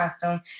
costume